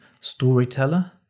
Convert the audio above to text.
storyteller